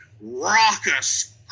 raucous